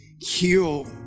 heal